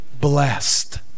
blessed